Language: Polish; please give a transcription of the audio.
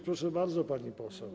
Proszę bardzo, pani poseł.